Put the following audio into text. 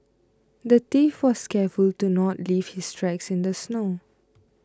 the thief was careful to not leave his tracks in the snow